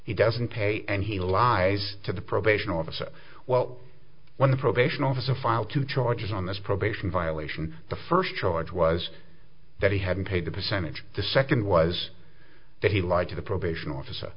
he doesn't pay and he lies to the probation officer while when the probation officer filed two charges on this probation violation the first charge was that he hadn't paid a percentage the second was that he lied to the probation officer